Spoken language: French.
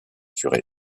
curés